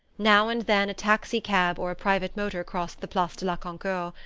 now and then a taxi-cab or a private motor crossed the place de la concorde,